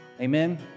Amen